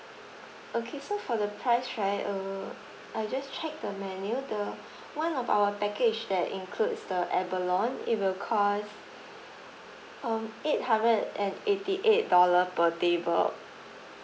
okay so for the price right err I just check the menu the one of our package that includes the abalone it will cost um eight hundred and eighty eight dollar per table